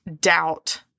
doubt